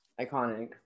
iconic